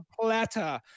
platter